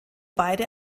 beide